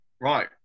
right